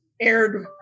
aired